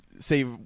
Say